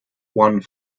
one